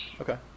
Okay